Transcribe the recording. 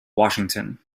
washington